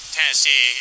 Tennessee